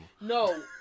No